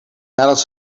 nadat